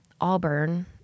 Auburn